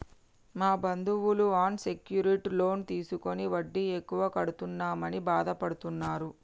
మా బంధువులు unsecured loan తీసుకుని వడ్డీ ఎక్కువ కడుతున్నామని బాధపడుతున్నరు